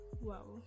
Wow